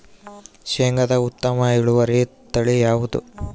ಶೇಂಗಾದ ಉತ್ತಮ ಇಳುವರಿ ತಳಿ ಯಾವುದು?